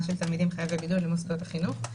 של תלמידים חייבי בידוד למוסדות החינוך.